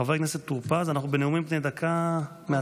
חבר הכנסת טור פז, אנחנו בנאומים בני דקה מהצד.